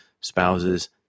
spouses